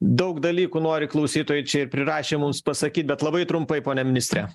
daug dalykų nori klausytojai čia ir prirašė mums pasakyt bet labai trumpai pone ministre